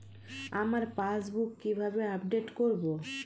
আমার পাসবুক কিভাবে আপডেট করবো?